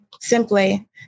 simply